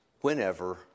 whenever